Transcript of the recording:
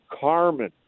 Carmen